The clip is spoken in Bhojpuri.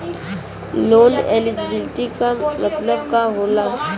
लोन एलिजिबिलिटी का मतलब का होला?